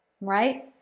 Right